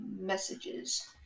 messages